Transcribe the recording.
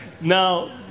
Now